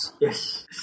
Yes